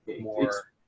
more